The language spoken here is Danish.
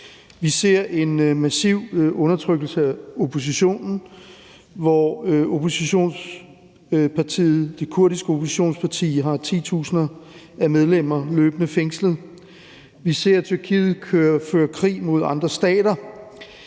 Vi ser en massiv undertrykkelse af oppositionen, hvor det kurdiske oppositionsparti løbende har titusinder af medlemmer fængslet. Vi ser Tyrkiet føre krig mod andre stater,